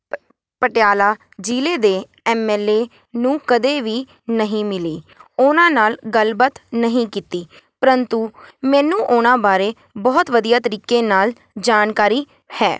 ਪ ਪਟਿਆਲਾ ਜ਼ਿਲ੍ਹੇ ਦੇ ਐੱਮ ਐੱਲ ਏ ਨੂੰ ਕਦੇ ਵੀ ਨਹੀਂ ਮਿਲੀ ਉਨ੍ਹਾਂ ਨਾਲ ਗੱਲਬਾਤ ਨਹੀਂ ਕੀਤੀ ਪਰੰਤੂ ਮੈਨੂੰ ਉਨ੍ਹਾਂ ਬਾਰੇ ਬਹੁਤ ਵਧੀਆ ਤਰੀਕੇ ਨਾਲ ਜਾਣਕਾਰੀ ਹੈ